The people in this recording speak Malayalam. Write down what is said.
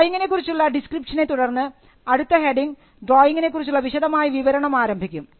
ഡ്രോയിങിനെ കുറിച്ചുള്ള ഡിസ്ക്രിപ്ഷനെ തുടർന്ന് അടുത്ത ഹെഡിങ് ഡ്രോയിങിനെക്കുറിച്ചുള്ള വിശദമായ വിവരണം ആയിരിക്കും